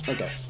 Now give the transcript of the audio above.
Okay